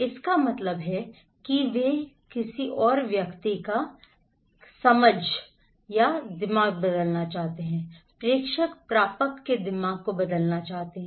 इसका मतलब है कि वे दिमाग बदलना चाहते हैं प्रेषक प्रापक के दिमाग को बदलना चाहते हैं